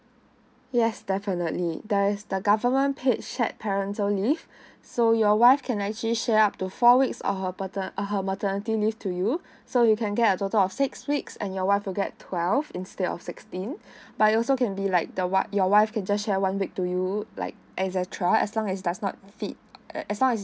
yes definitely there is the government paid shared parental leave so your wife can actually sure up to four weeks of her patern~ uh her maternity leave to you so you can get a total of six weeks and your wife forget twelve instead of sixteen but it also can be like the wife your wife can just share one week to you like et cetera as long as does not fit as long as